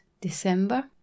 December